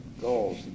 goals